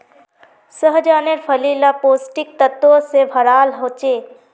सह्जानेर फली ला पौष्टिक तत्वों से भराल होचे